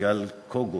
סיגל קוגוט,